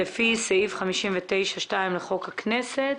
לפי סעיף 59(2) לחוק הכנסת.